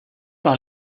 par